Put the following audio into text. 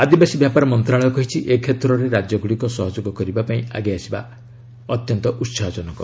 ଆଦିବାସୀ ବ୍ୟାପାର ମନ୍ତ୍ରଣାଳୟ କହିଛି ଏ କ୍ଷେତ୍ରରେ ରାଜ୍ୟଗୁଡ଼ିକ ସହଯୋଗ କରିବା ପାଇଁ ଆଗେଇ ଆସିବା ଉସାହ ଜନକ